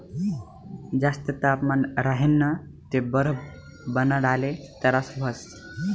जास्त तापमान राह्यनं ते बरफ बनाडाले तरास व्हस